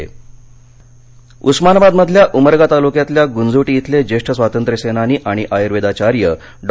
निधन उस्मानावाद उस्मानाबादमधल्या उमरगा तालुक्यातल्या गुंजोटी इथले ज्येष्ठ स्वातंत्र्य सेनानी आणि आयुर्वेदाचार्य डॉ